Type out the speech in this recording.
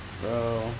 bro